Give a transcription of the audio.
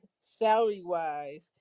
salary-wise